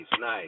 nice